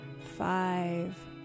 five